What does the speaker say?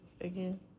again